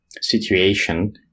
situation